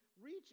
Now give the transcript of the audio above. reach